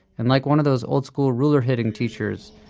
and like one of those old school ruler-hitting teachers,